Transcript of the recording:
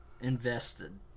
invested